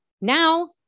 now